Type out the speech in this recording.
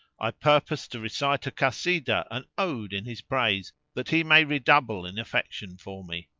i purpose to recite a kasidah, an ode, in his praise, that he may redouble in affection for me.